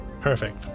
Perfect